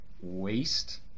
waste